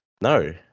No